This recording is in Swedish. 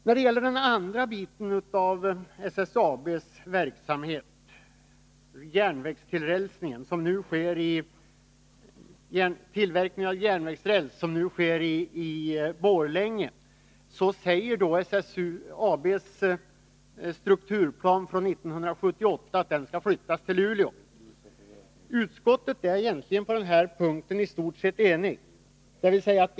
När det gäller den andra delen av SSAB:s verksamhet, tillverkningen av järnvägsräls, som nu sker i Borlänge och som enligt SSAB:s strukturplan från 1978 skall flyttas till Luleå, är utskottet i stort sett enigt.